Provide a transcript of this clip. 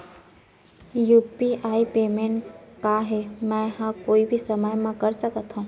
UPI payment का मैं ह कोई भी समय म कर सकत हो?